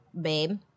babe